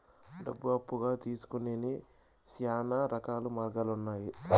డబ్బులు అప్పుగా తీసుకొనేకి శ్యానా రకాల మార్గాలు ఉన్నాయి